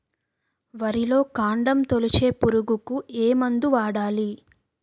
వరిలో కాండము తొలిచే పురుగుకు ఏ మందు వాడాలి?